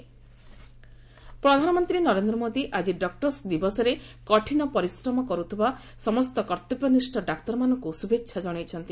PM doctors day ପ୍ରଧାନମନ୍ତ୍ରୀ ନରେନ୍ଦ୍ର ମୋଦି ଆଜି doctors ଦିବସରେ କଠିନ ପରିଶ୍ରମ କରୁଥିବା ସମସ୍ତ କର୍ତ୍ତବ୍ୟନିଷ୍ଠ ଡାକ୍ତରମାନଙ୍କୁ ଶୁଭେଚ୍ଛା ଜଣାଇଛନ୍ତି